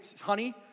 honey